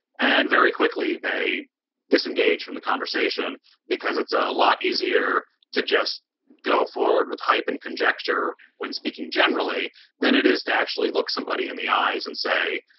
and very quickly they disengage from the conversation because it's a lot easier to just go forward with hype and conjecture when speaking generally than it is to actually look somebody in the eyes and say,